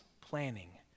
planning